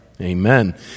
amen